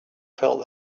felt